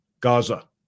Gaza